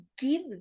give